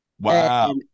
wow